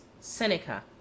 Seneca